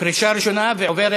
בקריאה ראשונה ועוברת